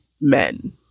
men